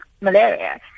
malaria